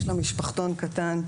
יש לה משפחתון קטן,